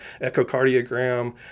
echocardiogram